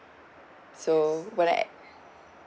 so when I a~